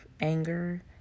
anger